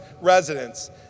residents